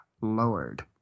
lowered